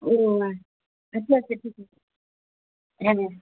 ও আচ্ছা আছে ঠিক হ্যাঁ